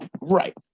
Right